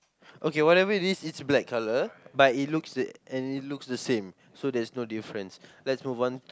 okay whatever it is it's black colour but it looks and it looks the same so there's no difference let's move on